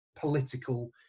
political